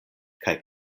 kaj